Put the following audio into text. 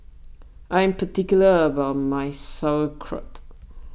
I am particular about my Sauerkraut